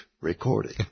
recording